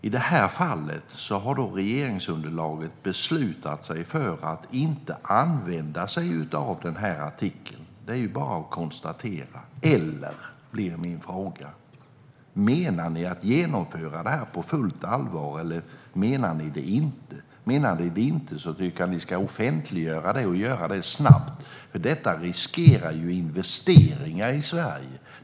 I det här fallet har regeringsunderlaget beslutat sig för att inte använda sig av den här artikeln. Det är bara att konstatera. Avser ni på fullt allvar att genomföra det här, eller avser ni det inte? Om ni inte avser det tycker jag att ni ska offentliggöra det snabbt, för detta riskerar investeringar i Sverige.